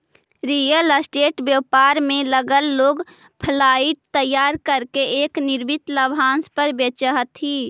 real estate व्यापार में लगल लोग फ्लाइट तैयार करके एक निश्चित लाभांश पर बेचऽ हथी